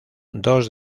dos